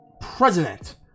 president